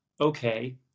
okay